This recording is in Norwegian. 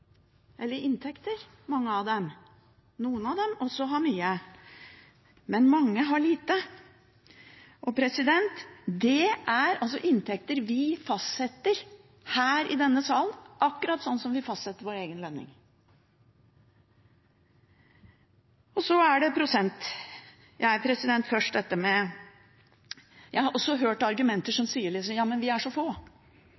eller inntekter, mange av dem. Noen av dem har også mye, men mange har lite. Det er altså inntekter vi fastsetter her i denne salen, akkurat sånn som vi fastsetter vår egen lønning. Jeg har også hørt argumenter